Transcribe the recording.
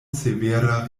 severa